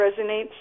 resonates